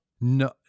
No